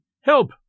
Help